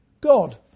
God